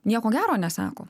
nieko gero nesako